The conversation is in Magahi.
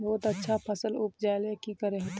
बहुत अच्छा फसल उपजावेले की करे होते?